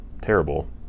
terrible